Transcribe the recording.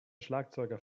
schlagzeuger